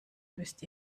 müsst